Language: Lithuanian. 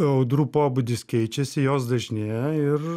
audrų pobūdis keičiasi jos dažnėja ir